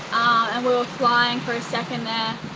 and we were flying for a second there.